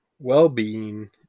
Well-being